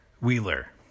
Wheeler